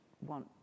want